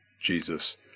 Jesus